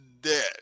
dead